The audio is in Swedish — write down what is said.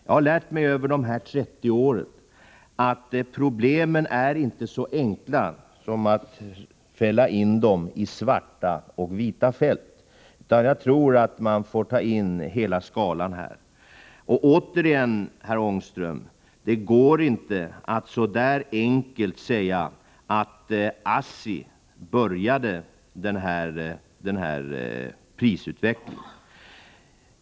Jag har under dessa 30 år lärt mig att problemen inte är så enkla att det går att dela in dem i svarta och vita fält, utan jag tror att man måste använda hela skalan. Återigen, herr Ångström: Det går inte att så där enkelt säga att ASSI började med de åtgärder som föranledde denna prisutveckling.